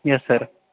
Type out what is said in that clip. yes sir